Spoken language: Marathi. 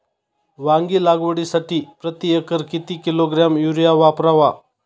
वांगी लागवडीसाठी प्रती एकर किती किलोग्रॅम युरिया वापरावा?